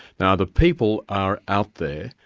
now the people are out there,